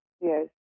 Yes